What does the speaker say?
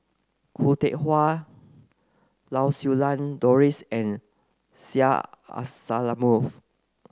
Khoo Teck Puat Lau Siew Lang Doris and Syed Alsagoff